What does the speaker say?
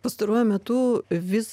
pastaruoju metu vis